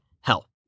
Hell